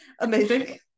amazing